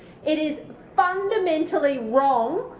it is fundamentally wrong,